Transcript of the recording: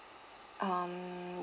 um